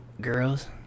girls